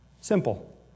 Simple